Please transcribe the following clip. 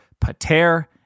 pater